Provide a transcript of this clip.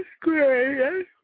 great